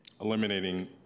Eliminating